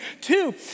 two